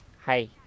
Hi